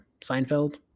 Seinfeld